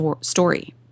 story